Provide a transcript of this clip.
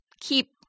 keep